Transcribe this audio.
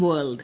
world